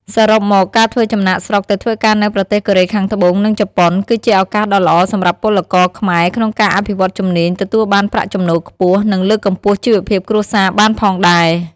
សរុបមក ការធ្វើចំណាកស្រុកទៅធ្វើការនៅប្រទេសកូរ៉េខាងត្បូង និងជប៉ុន គឺជាឱកាសដ៏ល្អសម្រាប់ពលករខ្មែរក្នុងការអភិវឌ្ឍជំនាញ ទទួលបានប្រាក់ចំណូលខ្ពស់ និងលើកកម្ពស់ជីវភាពគ្រួសារបានផងដែរ ។